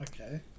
Okay